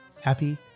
Happy